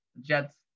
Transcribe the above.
Jets